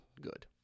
good